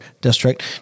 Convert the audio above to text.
district